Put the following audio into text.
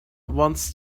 wants